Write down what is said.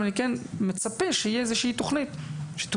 אבל אני כן מצפה שתהיה איזה שהיא תוכנית שתוצג